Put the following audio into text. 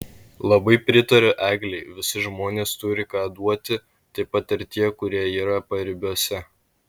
labai pritariu eglei visi žmonės turi ką duoti taip pat ir tie kurie yra paribiuose